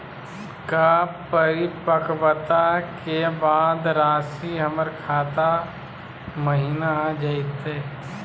का परिपक्वता के बाद रासी हमर खाता महिना आ जइतई?